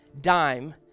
dime